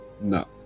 No